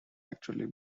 actually